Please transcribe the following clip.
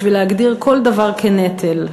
בשביל להגדיר כל דבר כנטל.